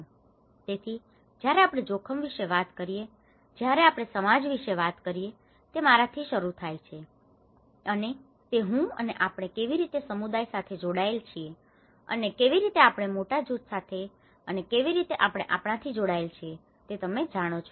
તેથી જયારે આપણે જોખમ વિશે વાત કરીએ જયારે આપણે સમાજ વિશે વાત કરીએ તે મારા થી શરુ થાય છે અને તે હું અને આપણે કેવી રીતે સમુદાય સાથે જોડાયેલા છીએ અને કેવી રીતે આપણે મોટા જુથ સાથે અને કેવી રીતે આપણે આપણાથી જોડાયેલા છે તે તમે જાણો છો